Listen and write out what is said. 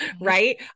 right